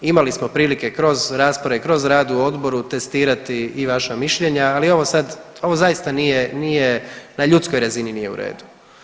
Imali smo prilike kroz rasprave i kroz rad u odboru testirati i vaša mišljenja, ali ovo sad, ovo zaista nije, nije, na ljudskoj razini nije u redu.